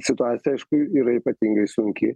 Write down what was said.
situacija aišku yra ypatingai sunki